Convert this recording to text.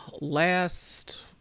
last